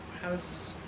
how's